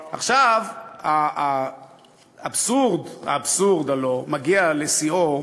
עכשיו, האבסורד, האבסורד הלוא מגיע לשיאו,